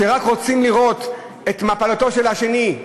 שרק רוצים לראות את מפלתו של השני,